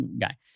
guy